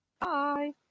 Bye